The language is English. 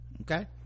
okay